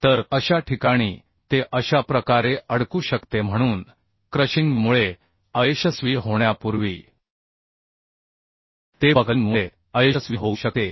तर अशा ठिकाणी ते अशा प्रकारे अडकू शकते म्हणून क्रशिंगमुळे अयशस्वी होण्यापूर्वी ते बकलिंगमुळे अयशस्वी होऊ शकते